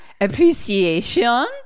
appreciation